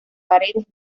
paredes